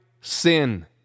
sin